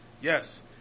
Yes